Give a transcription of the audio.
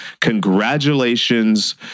congratulations